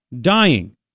dying